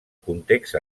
context